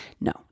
No